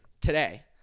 today